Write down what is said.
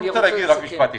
רק משפט אחד: